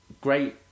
great